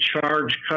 charge